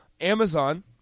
Amazon